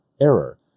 error